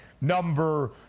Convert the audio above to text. number